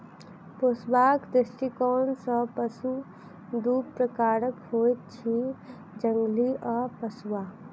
पोसबाक दृष्टिकोण सॅ पशु दू प्रकारक होइत अछि, जंगली आ पोसुआ